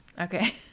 Okay